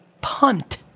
Punt